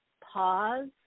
pause